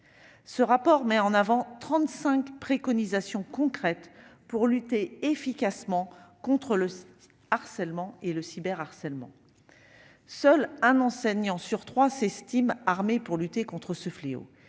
Ce rapport met en avant 35 recommandations concrètes pour une lutte efficace contre le harcèlement et le cyberharcèlement. Seul un enseignant sur trois s'estime armé pour lutter contre ce fléau.